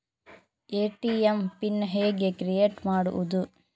ATM pin ಹೇಗೆ create ಮಾಡುವುದು?